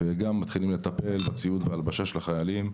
וגם מתחילים לטפל בציוד והלבשה של החיילים.